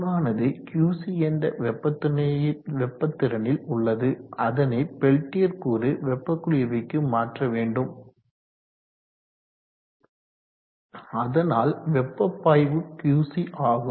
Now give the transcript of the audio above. கூறானது Qc என்ற வெப்ப திறனில் உள்ளது அதனை பெல்டியர் கூறு வெப்ப குளிர்விக்கு மாற்ற வேண்டும் அதனால் வெப்ப பாய்வு Qc ஆகும்